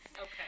Okay